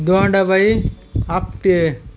Dondabai Apte